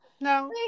No